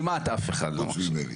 כמעט אף אחד לא מקשיב.